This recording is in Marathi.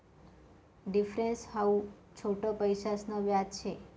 डिफरेंस हाऊ छोट पैसासन व्याज शे